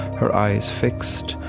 her eyes fixed,